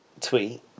tweet